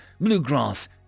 bluegrass